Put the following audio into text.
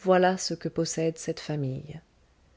voilà ce que possède cette famille